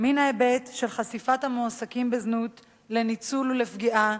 מן ההיבט של חשיפת המועסקים בזנות לניצול ולפגיעה,